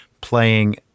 playing